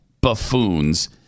buffoons